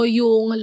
yung